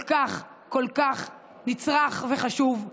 כל כך, כל כך נצרך וחשוב.